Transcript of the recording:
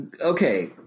Okay